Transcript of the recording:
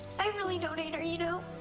i really don't hate her, you know.